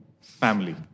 Family